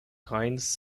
coins